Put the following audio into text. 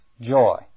Joy